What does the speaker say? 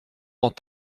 dans